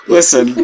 Listen